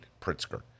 Pritzker